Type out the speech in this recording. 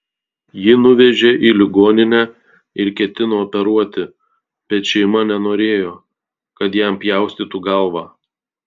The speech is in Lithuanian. jį nuvežė į ligoninę ir ketino operuoti bet šeima nenorėjo kad jam pjaustytų galvą